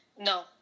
No